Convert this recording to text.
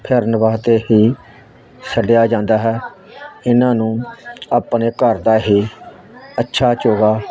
ਫਿਰਨ ਵਾਸਤੇ ਹੀ ਛੱਡਿਆ ਜਾਂਦਾ ਹੈ ਇਹਨਾਂ ਨੂੰ ਆਪਣੇ ਘਰ ਦਾ ਹੀ ਅੱਛਾ ਚੋਗਾ